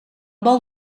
vol